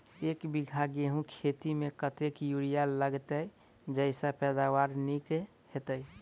एक बीघा गेंहूँ खेती मे कतेक यूरिया लागतै जयसँ पैदावार नीक हेतइ?